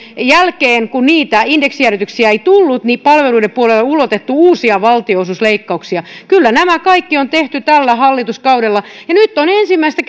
jälkeen kun niitä indeksijäädytyksiä ei tullut palveluiden puolelle ulotettu uusia valtionosuusleikkauksia kyllä nämä kaikki on tehty tällä hallituskaudella ja nyt on ensimmäistä